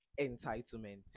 entitlement